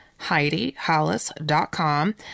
HeidiHollis.com